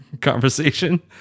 conversation